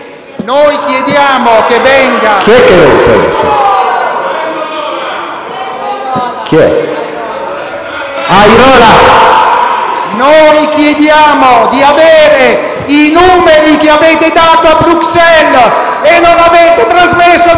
Noi chiediamo di avere i numeri che avete dato a Bruxelles e non avete trasmesso al